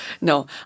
No